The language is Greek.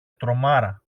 τρομάρα